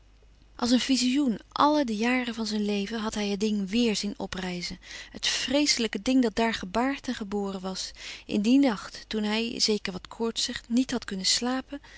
als een vizioen àlle de jaren van zijn leven had hij het ding weêr zien oprijzen het vreeslijke ding dat daar gebaard en geboren was in dien nacht toen hij zeker wat koortsig niet had kunnen slapen